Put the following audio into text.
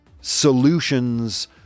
solutions